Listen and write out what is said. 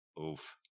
Oof